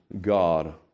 God